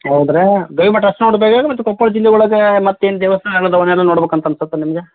ಹೌದ್ರಾ ಗವಿಮಠ ಅಷ್ಟೆ ನೋಡ್ಬೇಕಾ ಮತ್ತೆ ಕೊಪ್ಪಳ ಜಿಲ್ಲೆ ಒಳಗೆ ಮತ್ತೇನು ದೇವಸ್ಥಾನ ಅದಾವೆ ಅವನ್ನೆಲ್ಲ ನೋಡ್ಬಕು ಅಂತನಿಸುತ್ತ ನಿಮಗೆ